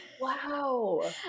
Wow